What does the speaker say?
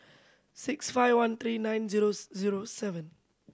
six five one three nine zeros zero seven